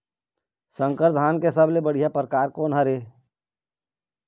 संकर धान के सबले बढ़िया परकार कोन हर ये?